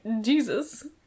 jesus